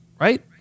right